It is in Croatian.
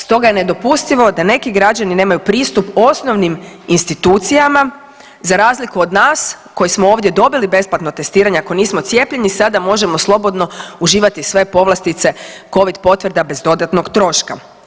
Stoga je nedopustivo da neki građani nemaju pristup osnovnim institucijama za razliku od nas koji smo ovdje dobili besplatno testiranje ako nismo cijepljeni, sada možemo slobodno uživati sve povlastice covid potvrda bez dodatnog troška.